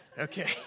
Okay